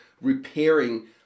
repairing